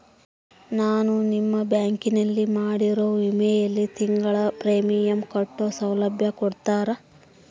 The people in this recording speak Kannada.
ನಾನು ನಿಮ್ಮ ಬ್ಯಾಂಕಿನಲ್ಲಿ ಮಾಡಿರೋ ವಿಮೆಯಲ್ಲಿ ತಿಂಗಳ ಪ್ರೇಮಿಯಂ ಕಟ್ಟೋ ಸೌಲಭ್ಯ ಕೊಡ್ತೇರಾ?